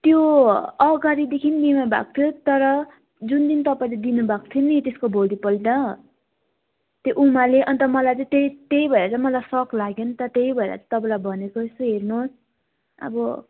त्यो अगाडिदेखि बिमार भएको थियो तर जुन दिन तपाईँले दिनुभएको थियो नि त्यसको भोलिपल्ट त्यो उमालेँ अन्त मलाई चाहिँ त्यही त्यही भएर मलाई सक लाग्यो नि त त्यही भएर तपाईँलाई भनेको यसो हेर्नुहोस् अब